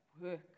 work